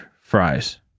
fries